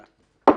תודה.